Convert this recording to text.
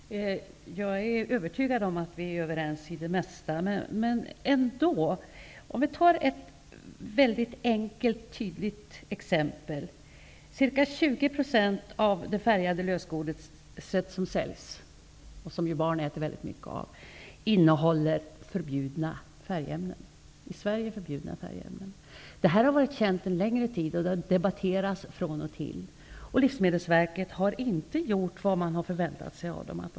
Herr talman! Jag är övertygad om att vi är överens i det mesta, men ändå! Låt oss ta ett enkelt och tydligt exempel. Ca 20 % av det färgade lösgodis som säljs, och som ju barn äter väldigt mycket av, innehåller i Sverige förbjudna färgämnen. Detta har varit känt en längre tid och debatteras från och till. Livsmedelsverket har inte gjort vad man har förväntat sig.